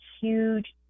huge